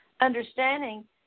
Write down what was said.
Understanding